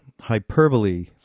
hyperbole